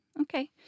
Okay